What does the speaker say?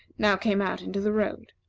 now came out into the road.